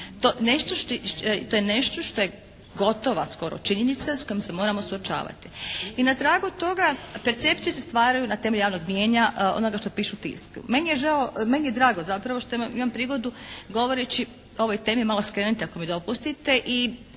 to je nešto što je gotova skoro činjenica s kojom se moramo suočavati. I na tragu toga percepcije se stvaraju na temelju javnog mijenja onoga što piše u tisku. Mi je žao, meni je drago zapravo što imam prigodu govoreći o ovoj temi malo skrenuti ako mi dopustite